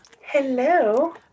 Hello